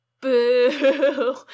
Boo